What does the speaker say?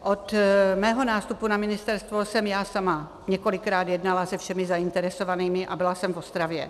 Od svého nástupu na ministerstvo jsem já sama několikrát jednala se všemi zainteresovanými a byla jsem v Ostravě.